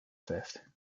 theft